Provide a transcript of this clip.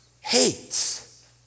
hates